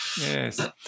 Yes